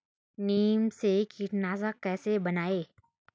नीम से कीटनाशक कैसे बनाएं?